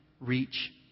reach